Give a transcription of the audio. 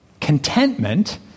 Contentment